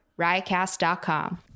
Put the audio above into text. riotcast.com